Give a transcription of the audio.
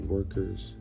Workers